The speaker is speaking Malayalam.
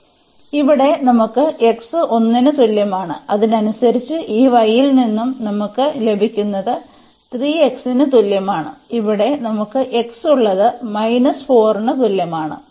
അതിനാൽ ഇവിടെ നമുക്ക് x 1 ന് തുല്യമാണ് അതിനനുസരിച്ച് ഈ y ൽ നിന്ന് നമുക്ക് ലഭിക്കുന്നത് 3x ന് തുല്യമാണ് ഇവിടെ നമുക്ക് x ഉള്ളത് 4 ന് തുല്യമാണ്